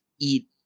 eat